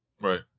Right